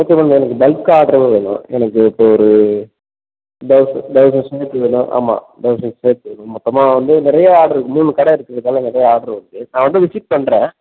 okay ma'am எனக்கு bulk order தான் வேணும் எனக்கு இப்போ ஒரு தௌசண்ட் தௌசண்ட் ஷர்ட் வேணும் ஆமாம் தௌசண்ட் ஷர்ட்டு வேணும் மொத்தமாக வந்து நிறையா ஆட்ரு இருக்குது மூணு கடை இருக்குது அதனால நிறையா ஆட்ரு வருது நான் வந்து விசிட் பண்ணுறேன்